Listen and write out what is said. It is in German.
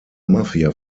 mafia